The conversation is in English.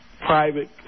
private